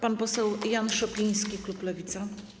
Pan poseł Jan Szopiński, klub Lewica.